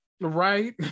right